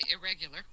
irregular